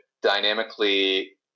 dynamically